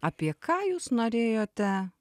apie ką jūs norėjote